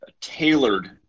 tailored